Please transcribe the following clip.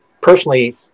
personally